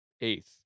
eighth